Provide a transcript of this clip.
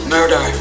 Murder